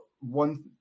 one